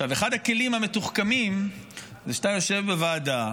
אחד הכלים המתוחכמים הוא שאתה יושב בוועדה,